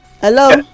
Hello